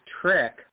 trick